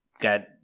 got